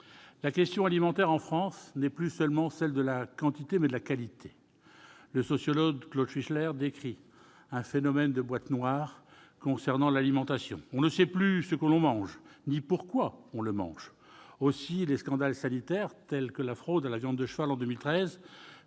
La question alimentaire en France n'est plus uniquement celle de la quantité ; elle est aussi celle de la qualité. Le sociologue Claude Fischler décrit un phénomène de « boîte noire » concernant l'alimentation. On ne sait plus ce que l'on mange ni pourquoi on le mange. Aussi les scandales sanitaires, tels que la fraude à la viande de cheval en 2013,